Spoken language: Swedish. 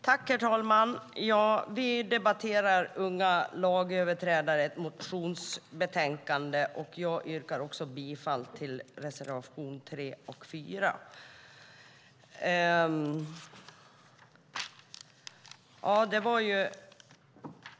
Herr talman! Vi debatterar ett motionsbetänkande rörande unga lagöverträdare. Jag yrkar bifall till reservation 3 och 4.